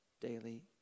daily